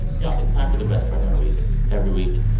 y'all, it's time for the best part of my week every week,